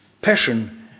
Passion